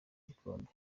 ibikombe